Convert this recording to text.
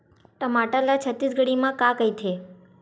टमाटर ला छत्तीसगढ़ी मा का कइथे?